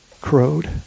crowed